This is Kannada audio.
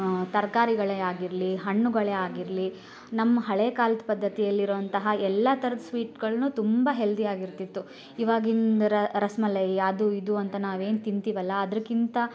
ತರಕಾರಿಗಳೇ ಆಗಿರಲಿ ಹಣ್ಣುಗಳೇ ಆಗಿರಲಿ ನಮ್ಮ ಹಳೇ ಕಾಲ್ದ ಪದ್ಧತಿಯಲ್ಲಿರುವಂತಹ ಎಲ್ಲ ಥರದ ಸ್ವೀಟ್ಗಳ್ನು ತುಂಬ ಹೆಲ್ದಿಯಾಗಿರುತ್ತಿತ್ತು ಇವಾಗಿಂದು ರಸ್ಮಲೈ ಅದು ಇದು ಅಂತ ನಾವೇನು ತಿಂತಿವಲ್ಲ ಅದರಕ್ಕಿಂತ